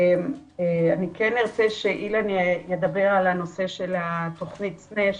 כן ארצה שאילן ידבר על תוכנית סנה,